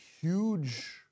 huge